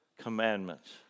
commandments